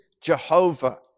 Jehovah